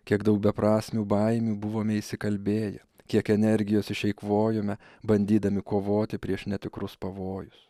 kiek daug beprasmių baimių buvome įsikalbėję kiek energijos išeikvojome bandydami kovoti prieš netikrus pavojus